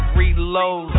reload